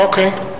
אוקיי.